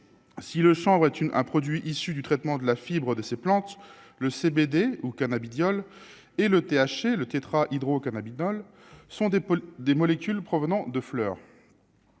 si le sang une un produit issu du traitement de la fibre de ces plantes le CBD ou cannabidiol et le THC, le tétrahydrocannabinol sont des des molécules provenant de fleurs,